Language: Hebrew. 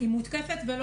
היא מותקפת.